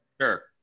Sure